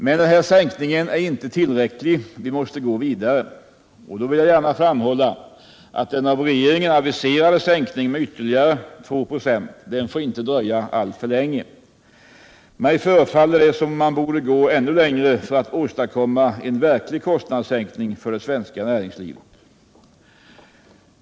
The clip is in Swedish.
Men denna sänkning är inte tillräcklig. Vi måste gå vidare. Jag vill gärna framhålla att den av regeringen aviserade sänkningen med ytterligare 2926 inte får dröja för länge. Mig förefaller det som om man borde gå ännu längre för att åstadkomma en verklig kostnadssänkning för det svenska näringslivet.